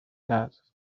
gas